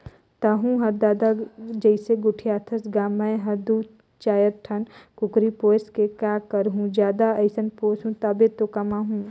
तहूँ हर ददा जइसे गोठियाथस गा मैं हर दू चायर ठन कुकरी पोयस के काय करहूँ जादा असन पोयसहूं तभे तो कमाहूं